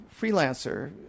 freelancer